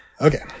Okay